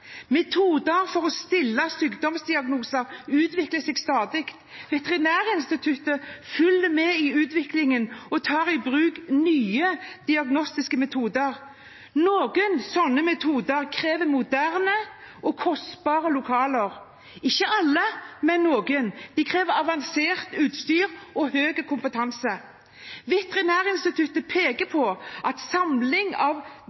Metoder for å stille sykdomsdiagnoser utvikler seg stadig. Veterinærinstituttet følger med i utviklingen og tar i bruk nye diagnostiske metoder. Noen av metodene krever moderne og kostbare lokaler – ikke alle, men noen. De krever avansert utstyr og høy kompetanse. Veterinærinstituttet peker på at deler av